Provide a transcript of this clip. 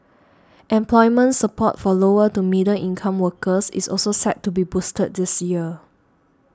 employment support for lower to middle income workers is also set to be boosted this year